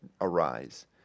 arise